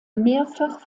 mehrfach